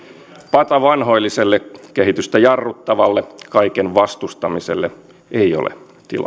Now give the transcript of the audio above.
patavanhoilliselle kehitystä jarruttavalle kaiken vastustamiselle ei ole